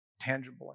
tangible